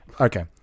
Okay